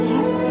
Yes